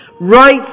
Right